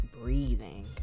breathing